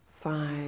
five